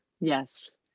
Yes